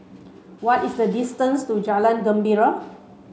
what is the distance to Jalan Gembira